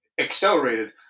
accelerated